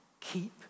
keep